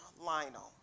Lionel